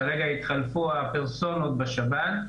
כרגע התחלפו הפרסונות בשב"ן.